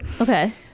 Okay